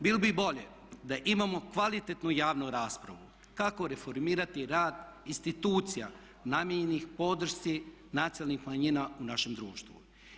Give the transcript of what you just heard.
Bilo bi bolje da imamo kvalitetnu javnu raspravu kako reformirati rad institucija namijenjenih podršci nacionalnih manjina u našem društvu.